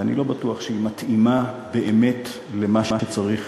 ואני לא בטוח שהיא מתאימה באמת למה שצריך,